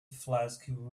flask